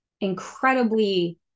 incredibly